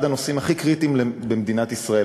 הנושאים הכי קריטיים במדינת ישראל.